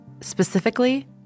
Specifically